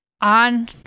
on